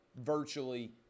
virtually